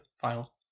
final